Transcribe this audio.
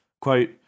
Quote